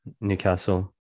Newcastle